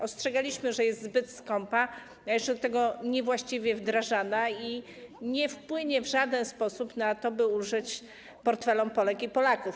Ostrzegaliśmy, że jest zbyt skąpa, a jeszcze do tego niewłaściwie wdrażana, że nie wpłynie w żaden sposób na to, by ulżyć portfelom Polek i Polaków.